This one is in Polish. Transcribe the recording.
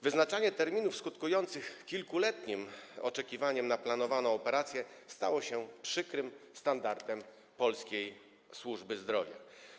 Wyznaczanie terminów skutkujących kilkuletnim oczekiwaniem na planowaną operację stało się przykrym standardem polskiej służby zdrowia.